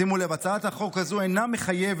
שימו לב, הצעת החוק הזו אינה מחייבת